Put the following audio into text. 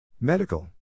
Medical